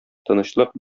тынычлык